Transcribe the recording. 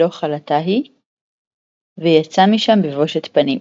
כי לא כלתו היא ויצא משם בבשת-פנים.